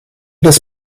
des